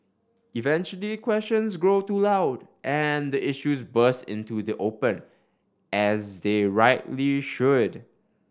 eventually questions grow too loud and the issues burst into the open as they rightly should